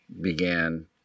began